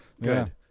Good